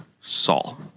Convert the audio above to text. Saul